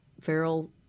feral